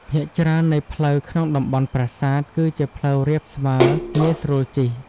ភាគច្រើននៃផ្លូវក្នុងតំបន់ប្រាសាទ គឺជាផ្លូវរាបស្មើងាយស្រួលជិះ។